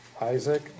Isaac